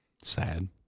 Sad